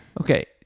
Okay